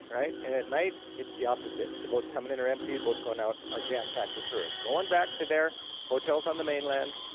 right. and at night it's the opposite, the boats coming in are empty, boats going out are jam packed with tourists going back to their hotels on the mainland,